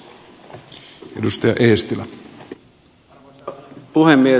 arvoisa puhemies